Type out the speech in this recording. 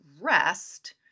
rest